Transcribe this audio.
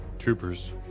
troopers